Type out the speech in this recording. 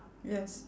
yes